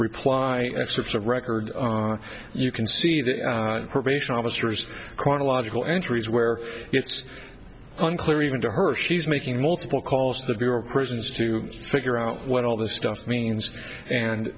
reply sorts of record you can see the probation officers chronological entries where it's unclear even to her she's making multiple calls to the bureau of prisons to figure out what all this stuff means and